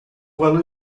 well